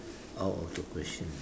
out of the question